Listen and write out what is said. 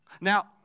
Now